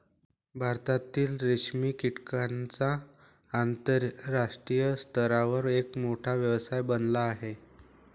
भारतातील रेशीम कीटकांचा आंतरराष्ट्रीय स्तरावर एक मोठा व्यवसाय बनला आहे